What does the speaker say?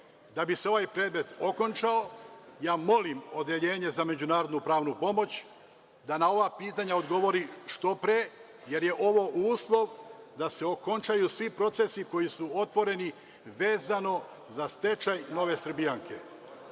Da bi se ovaj predmet okončao, ja molim Odeljenje za međunarodnu pravnu pomoć da na ova pitanja odgovori što pre, jer je ovo uslov da se okončaju svi procesi koji su otvoreni, vezano za stečaj „Nove Srbijanke“.